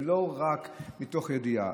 זה לא רק מתוך ידיעה,